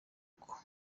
uko